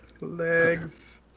Legs